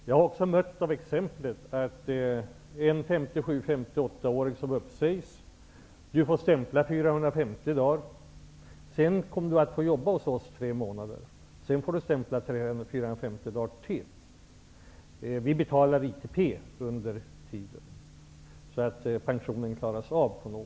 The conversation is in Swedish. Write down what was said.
Jag har mött exemplet att en 58-åring sägs upp. Man säger åt honom: Du får stämpla 450 dagar. Sedan får du jobba hos oss i tre månader, och sedan får du stämpla 450 dagar till. Vi betalar ITP under tiden, så att pensionen klaras av.